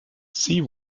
sie